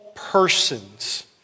persons